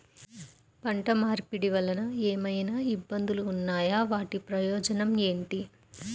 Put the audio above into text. పంట మార్పిడి వలన ఏమయినా ఇబ్బందులు ఉన్నాయా వాటి ప్రయోజనం ఏంటి?